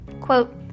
Quote